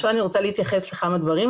עכשיו אני רוצה להתייחס לכמה דברים,